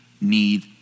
need